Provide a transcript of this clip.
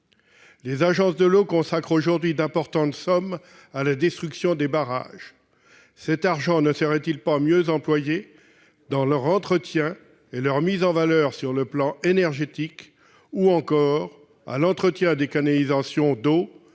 Les agences de l'eau consacrent aujourd'hui d'importantes sommes à la destruction des barrages. Cet argent ne serait-il pas mieux employé s'il servait à l'entretien des barrages et à leur mise en valeur énergétique, ou encore à l'entretien des canalisations d'eau